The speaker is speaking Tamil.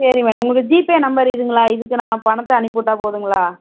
சரி மேடம் உங்களோட ஜிபே நம்பர் இதுங்களா இதுக்கு நான் பணத்தை அனுப்பிவிட்டா போதுங்களா